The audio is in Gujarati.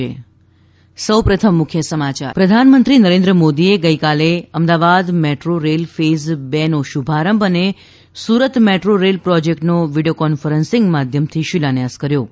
ઃ પ્રધાનમંત્રી નરેન્દ્ર મોદીએ ગઈકાલે અમદાવાદ મેટ્રો રેલ ફેઝ બે નો શુભારંભ અને સુરત મેટ્રો રેલ પ્રોજેક્ટનો વિડિયો કોન્ફરન્સિંગ માધ્યમથી શિલાન્યાસ કર્યો હતો